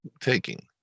taking